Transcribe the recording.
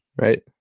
right